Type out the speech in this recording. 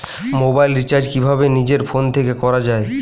Mobile recharge কিভাবে নিজের phone থেকে করা য়ায়?